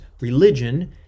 religion